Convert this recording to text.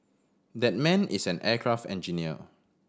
that man is an aircraft engineer